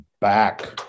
back